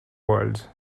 worlds